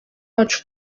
wacu